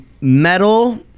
metal